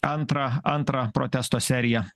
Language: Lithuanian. antrą antrą protesto seriją